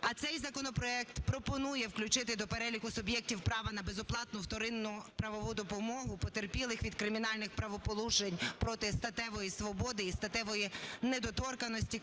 А цей законопроект пропонує включити до переліку суб'єктів права на безоплатну вторинну правову допомогу потерпілих від кримінальних правопорушень проти статевої свободи і статевої недоторканості,